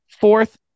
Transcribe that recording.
fourth